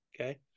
Okay